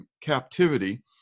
captivity